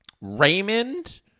Raymond